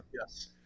yes